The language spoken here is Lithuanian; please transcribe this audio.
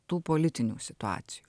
tų politinių situacijų